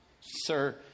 Sir